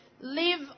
live